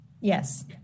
Yes